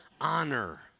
honor